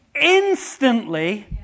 instantly